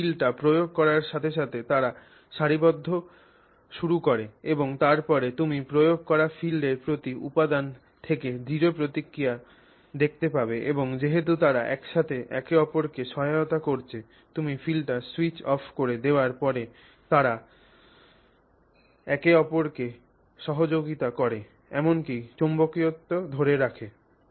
তুমি ফিল্ডটি প্রয়োগ করার সাথে সাথে তারা সারিবদ্ধ শুরু করে এবং তারপরে তুমি প্রয়োগ করা ফিল্ডের প্রতি উপাদান থেকে দৃঢ় প্রতিক্রিয়া দেখতে পাবে এবং যেহেতু তারা একযোগে একে অপরকে সহায়তা করছে তুমি ফিল্ডটি স্যুইচ অফ করে দেওয়ার পরেও তারা তারা একে অপরকে সহযোগিতা করে এমনকি চৌম্বকত্ব ধরে রাখে